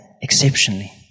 Exceptionally